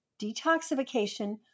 detoxification